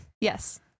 Yes